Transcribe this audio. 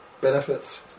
Benefits